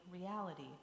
reality